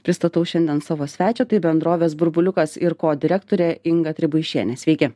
pristatau šiandien savo svečią tai bendrovės burbuliukas ir ko direktorė inga tribuišienė sveiki